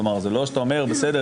כלומר זה לא שאתה אומר: בסדר,